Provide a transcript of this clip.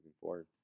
forward